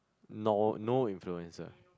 no no influencer